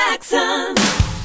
Jackson